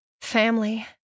Family